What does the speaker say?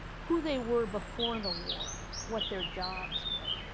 who they were before the war what their jobs were.